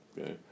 Okay